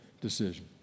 decision